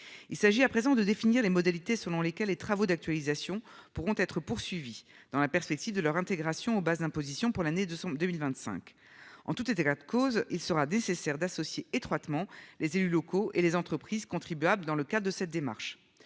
Il s'agit à présent de définir les modalités selon lesquelles les travaux d'actualisation pourront être poursuivis dans la perspective de leur intégration au bases d'imposition pour l'année 2 sont 2025 ans toutes cause il sera nécessaire d'associer étroitement les élus locaux et les entreprises contribuables dans le cas de cette démarche.